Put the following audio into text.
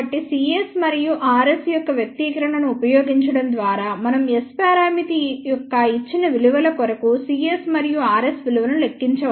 కాబట్టి cs మరియు rs యొక్క వ్యక్తీకరణను ఉపయోగించడం ద్వారా మనం S పరామితి యొక్క ఇచ్చిన విలువల కొరకు cs మరియు rs విలువలను లెక్కించవచ్చు